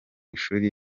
ishuri